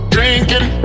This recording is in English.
Drinking